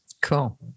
Cool